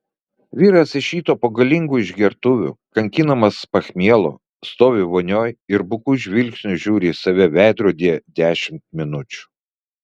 vyras iš ryto po galingų išgertuvių kankinamas pachmielo stovi vonioj ir buku žvilgsniu žiūri į save veidrodyje dešimt minučių